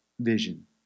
vision